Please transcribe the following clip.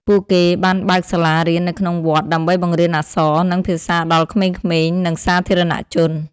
ពួកគេបានបើកសាលារៀននៅក្នុងវត្តដើម្បីបង្រៀនអក្សរ និងភាសាដល់ក្មេងៗ និងសាធារណជន។